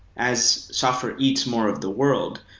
as software eats more of the world,